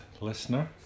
listener